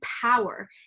power